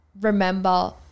remember